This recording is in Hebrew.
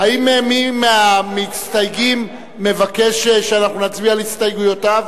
האם מי מהמסתייגים מבקש שנצביע על הסתייגויותיו?